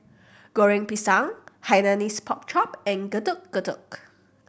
Goreng Pisang Hainanese Pork Chop and Getuk Getuk